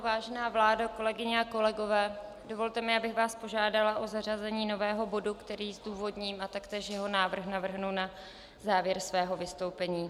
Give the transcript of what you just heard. Vážená vládo, kolegyně a kolegové, dovolte mi, abych vás požádala o zařazení nového bodu, který zdůvodním, a taktéž jeho název navrhnu na závěr svého vystoupení.